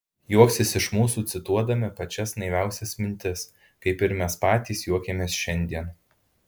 juoksis iš mūsų cituodami pačias naiviausias mintis kaip ir mes patys juokiamės šiandien